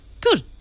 Good